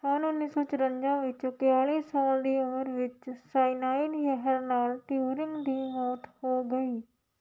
ਸੰਨ ਉੱਨੀ ਸੌ ਚੁਰੰਜਾ ਵਿੱਚ ਇੱਕਤਾਲੀ ਸਾਲ ਦੀ ਉਮਰ ਵਿੱਚ ਸਾਇਨਾਈਨ ਜ਼ਹਿਰ ਨਾਲ ਟਿਊਰਿੰਮ ਦੀ ਮੌਤ ਹੋ ਗਈ